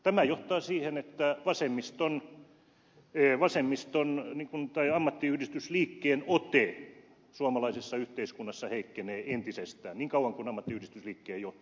tämä johtaa siihen että vasemmiston tai ammattiyhdistysliikkeen ote suomalaisessa yhteiskunnassa heikkenee entisestään niin kauan kuin ammattiyhdistysliikkeen johto on tällä tiellä